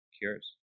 cures